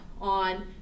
on